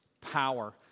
power